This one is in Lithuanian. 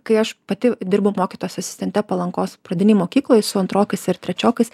kai aš pati dirbau mokytojos asistente palangos pradinėj mokykloj su antrokais ir trečiokais